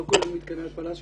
לא כולל מתקני התפלה,